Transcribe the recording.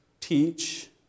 teach